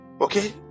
Okay